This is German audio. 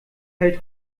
hält